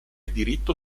diritto